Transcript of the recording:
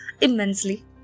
immensely